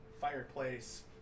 fireplace